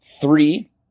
three